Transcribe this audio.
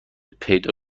پیدا